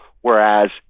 Whereas